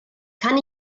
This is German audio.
kann